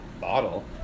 bottle